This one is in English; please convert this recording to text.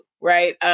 right